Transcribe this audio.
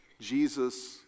Jesus